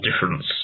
difference